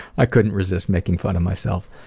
i couldn't resist making fun of myself.